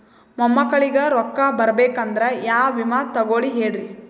ಮೊಮ್ಮಕ್ಕಳಿಗ ರೊಕ್ಕ ಬರಬೇಕಂದ್ರ ಯಾ ವಿಮಾ ತೊಗೊಳಿ ಹೇಳ್ರಿ?